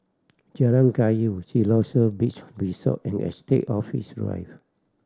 Jalan Kayu Siloso Beach Resort and Estate Office Drive